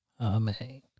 Amen